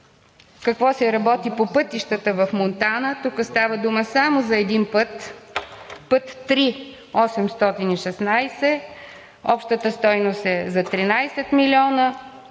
какво се работи по пътищата в Монтана. Тук става дума само за един път –III-816. Общата стойност е за 13 милиона,